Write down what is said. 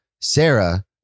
Sarah